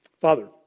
Father